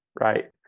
right